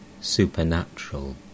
supernatural